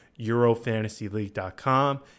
EuroFantasyLeague.com